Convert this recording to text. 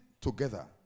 together